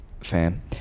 Fan